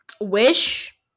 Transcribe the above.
Wish